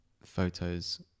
photos